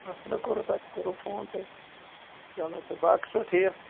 اَصٕل ہے کوٚرُتھ تۅہہِ کوٚروٕ فون تُہۍ چَلو چَلو باقٕے چھِوٕ ٹھیٖک